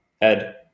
Ed